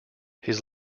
his